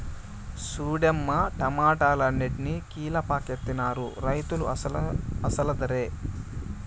సూడమ్మో టమాటాలన్ని కీలపాకెత్తనారు రైతులు అసలు దరే